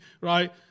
Right